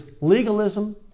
legalism